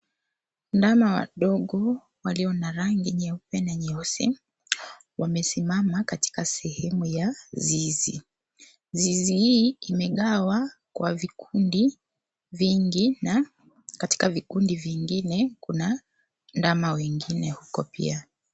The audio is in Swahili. Ndama wadogo walio na rangi nyeupe na nyeusi wamesimama katika sehemu ya zizi. Zizi hii imegawa kwa vikundi vingi na katika vikundi vingine kuna ndama wengine huko pia.